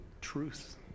truth